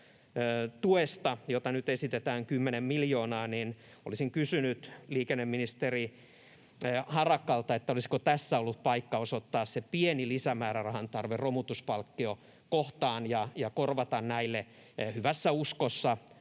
muutostuesta, johon nyt esitetään 10 miljoonaa, olisin kysynyt liikenneministeri Harakalta: olisiko tässä ollut paikka osoittaa se pieni lisämäärärahan tarve romutuspalkkiokohtaan ja korvata näille hyvässä uskossa